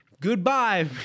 Goodbye